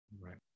Right